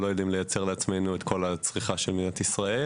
כי אנחנו לא יודעים לייצר לעצמנו את כל הצריכה של מדינת ישראל.